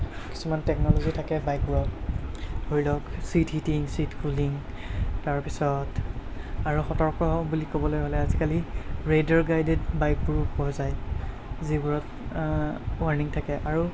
কিছুমান টেকন'লজি থাকে বাইকবোৰত ধৰি লওক চিট হিটিং চিট কুলিং তাৰপিছত আৰু সতৰ্ক বুলি ক'বলৈ হ'লে আজিকালি ৰেডাৰ গাইদেড বাইকবোৰো পোৱা যায় যিবোৰত ৱাৰ্নিং থাকে আৰু